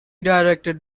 directed